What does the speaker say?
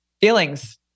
feelings